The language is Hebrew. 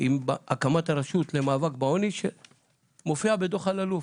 עם הקמת הרשות למאבק בעוני שמופיע בדוח אלאלוף.